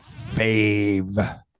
fave